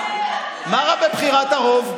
מה רע בבחירת הרוב?